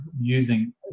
using